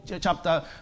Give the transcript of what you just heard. chapter